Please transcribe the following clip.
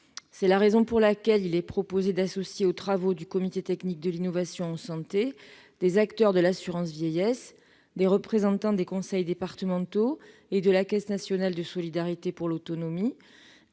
C'est la raison pour laquelle il est proposé d'associer aux travaux du comité technique de l'innovation en santé des acteurs de l'assurance vieillesse, des représentants des conseils départementaux et de la Caisse nationale de solidarité pour l'autonomie,